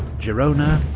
girona,